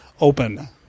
open